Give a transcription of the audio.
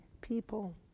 people